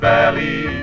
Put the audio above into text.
Valley